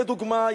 לדוגמה,